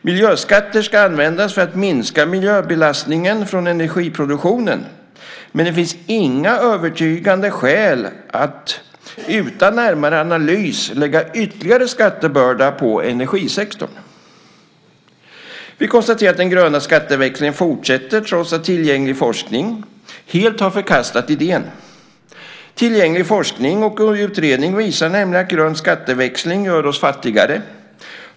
Miljöskatter ska användas för att minska miljöbelastningen från energiproduktionen. Men det finns inga övertygande skäl att utan närmare analys lägga ytterligare skattebörda på energisektorn. Vi konstaterar att den gröna skatteväxlingen fortsätter trots att tillgänglig forskning helt har förkastat idén. Tillgänglig forskning och utredning visar nämligen att grön skatteväxling gör oss fattigare.